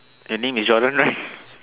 your name is Jordan right